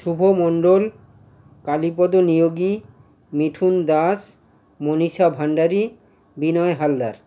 Shubho Mondal Kalipada Neogi Mithun Das Manisha Bhandari Binoy Haldar